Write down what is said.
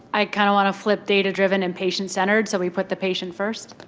i kind of want to flip data-driven and patient-centered, so we put the patient first.